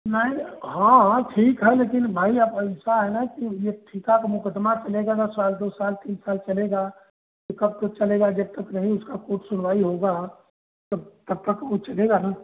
नहीं हाँ हाँ ठीक है लेकिन भाई आप ऐसा है ना कि यह ठिका का मुकदमा चलेगा ना साल दो साल तीन साल चलेगा यह कब तक चलेगा जब तक नहीं उसकी कोर्ट सुनवाई होगी तब तब तक वह चलेगा ना